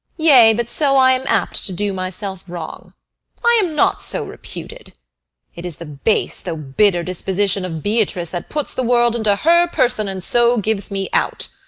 yea, but so i am apt to do myself wrong i am not so reputed it is the base though bitter disposition of beatrice that puts the world into her person, and so gives me out.